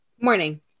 morning